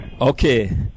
Okay